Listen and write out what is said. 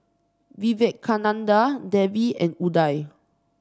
Vivekananda Devi and Udai